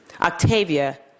Octavia